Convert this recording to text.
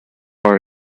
our